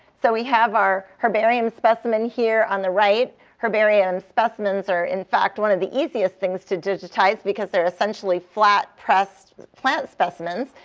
so we have our herbarium specimen here on the right. herbarium specimens are, in fact, one of the easiest things to digitize because they're essentially flat pressed plant specimens.